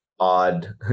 odd